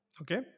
Okay